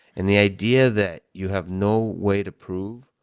and the idea that you have no way to prove,